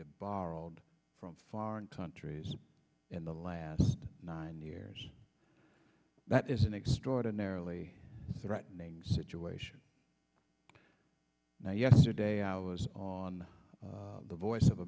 have borrowed from foreign countries in the last nine years that is an extraordinarily threatening situation now yesterday i was on the voice of